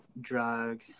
drug